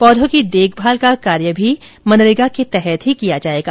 पौधों की देखभाल का कार्य भी मनरेगा के तहत किया जाएगा